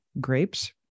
grapes